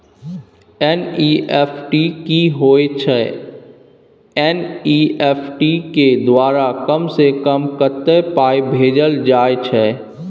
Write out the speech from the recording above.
NEFT की होय छै एन.ई.एफ.टी के द्वारा कम से कम कत्ते पाई भेजल जाय छै?